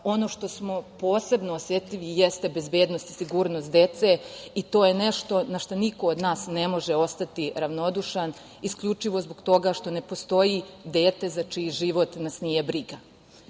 na šta smo posebno osetljivi jeste bezbednost i sigurnost dece, i to je nešto na šta niko od nas ne može ostati ravnodušan, isključivo zbog toga što ne postoji dete za čiji život nas nije briga. Zbog